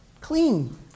clean